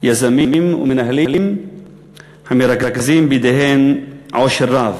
יזמים ומנהלים המרכזים בידיהם עושר רב.